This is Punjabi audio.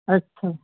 ਅੱਛਾ